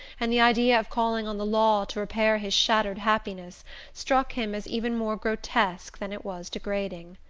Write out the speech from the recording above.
and the idea of calling on the law to repair his shattered happiness struck him as even more grotesque than it was degrading.